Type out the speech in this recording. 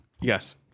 Yes